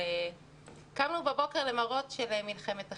קמנו בבוקר למראות של מלחמת אחים.